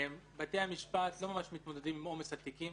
בתי המשפט לא ממש מתמודדים עם עומס התיקים